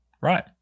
right